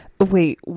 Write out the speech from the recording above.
Wait